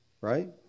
right